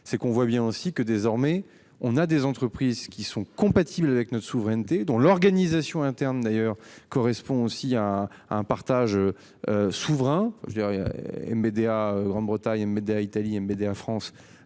c'est qu'on voit bien aussi que désormais on a des entreprises qui sont compatibles avec notre souveraineté dont l'organisation interne, d'ailleurs, correspond aussi à un partage. Souverain je dirais MBDA. Grande-Bretagne Médéa Italie MBDA France